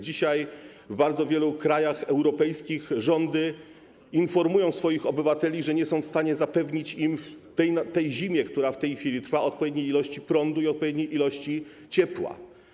Dzisiaj w bardzo wielu krajach europejskich rządy informują swoich obywateli, że nie są w stanie zapewnić im tej zimy, która w tej chwili trwa, odpowiedniej ilości prądu i ciepła.